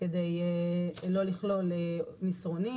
כדי לא לכלול מסרונים,